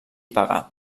pagar